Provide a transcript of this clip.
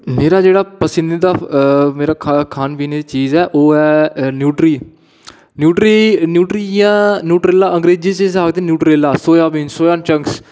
मेरा जेह्ड़ा पसंदीदा मेरा खाने पीने दी चीज़ ऐ ओह् ऐ न्यूटरी न्यूटरी न्यूटरी इं'या न्यूट्रेला अंग्रेजी च इसी आकदे न्यूट्रेला सोयाबीन सोयाचंक्स